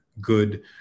good